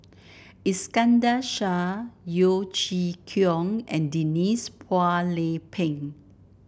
Iskandar Shah Yeo Chee Kiong and Denise Phua Lay Peng